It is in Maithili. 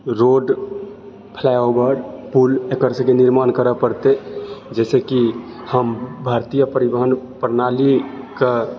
रोड फ्लाइओवर पुल एकर सब कै निर्माण करय पड़तै जाहिसॅं कि हम भारतीय परिवहन प्रणाली के